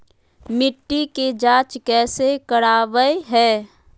मिट्टी के जांच कैसे करावय है?